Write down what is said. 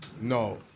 No